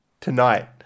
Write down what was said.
tonight